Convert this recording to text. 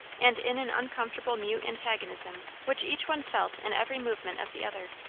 and in an uncomfortable mute antagonism which each one felt in every movement of the other.